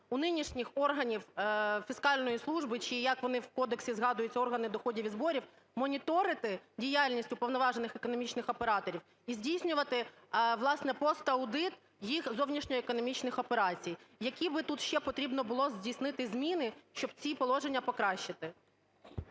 у нинішніх органів фіскальної служби, чи як вони в кодексі згадуються - органів доходів і зборів, моніторити діяльність уповноважених економічних операторів і здійснювати, власне, пост-аудит їх зовнішньоекономічних операцій? Які би тут ще потрібно було здійснити зміни, щоб ці положення покращити?